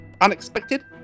Unexpected